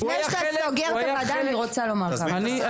לפני שאתה סוגר את הוועדה אני רוצה לומר כמה דברים.